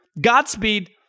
Godspeed